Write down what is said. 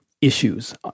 issues